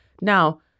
Now